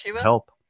help